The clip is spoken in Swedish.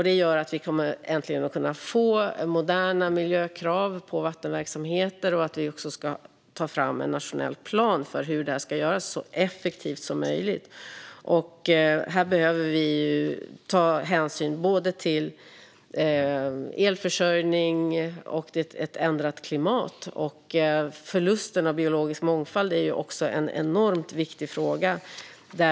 Det gör att vi äntligen kommer att kunna få moderna miljökrav på vattenverksamheter och att vi ska ta fram en nationell plan för hur detta ska göras så effektivt som möjligt. Här behöver vi ta hänsyn till både elförsörjning och ett ändrat klimat. Förlusten av biologisk mångfald är också en enormt viktig fråga.